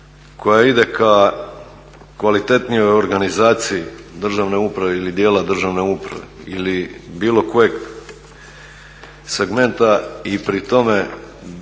koja ide ka kvalitetnijoj organizaciji državne uprave ili dijela državne uprave ili bilo kojeg segmenta i pri tome